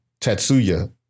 Tatsuya